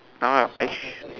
uh Ash